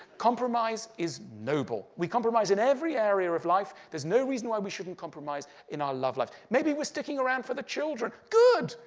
compromise is noble. we compromise in every area of life. there's no reason why we shouldn't compromise in our love life. maybe we're sticking around for the children. good!